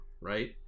Right